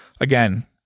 again